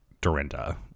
Dorinda